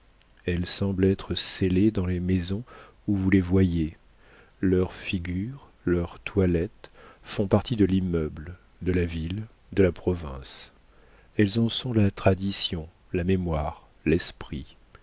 elles semblent être scellées dans les maisons où vous les voyez leurs figures leurs toilettes font partie de l'immeuble de la ville de la province elles en sont la tradition la mémoire l'esprit